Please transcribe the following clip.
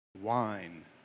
wine